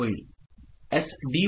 SD S1'